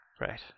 Right